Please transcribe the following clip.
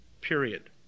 period